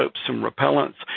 ah some repellants,